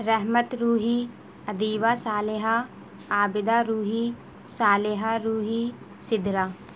Rahmat Roohi Adiba Saleha Abida Roohi Saleha Roohi Sidra